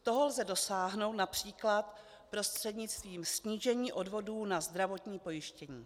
Toho lze dosáhnout například prostřednictvím snížení odvodů na zdravotní pojištění.